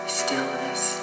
stillness